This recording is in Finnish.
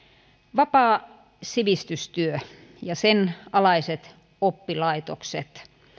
vapaa sivistystyö ja sen alaiset oppilaitokset